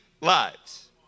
lives